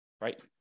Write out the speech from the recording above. right